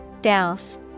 Douse